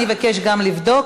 אני אבקש גם לבדוק,